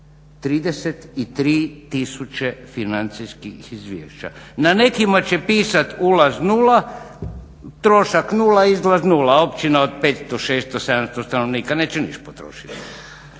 tisuće financijskih izvješća. Na nekima će pisat ulaz 0, trošak 0, izlaz 0. Općina od 500, 600, 700 stanovnika neće ništa potrošiti,